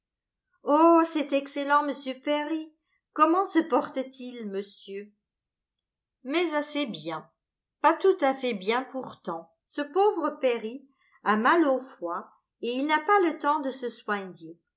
oh cet excellent m perry comment se porte-t-il monsieur mais assez bien pas tout à fait bien pourtant ce pauvre perry a mal au foie et il n'a pas le temps de se soigner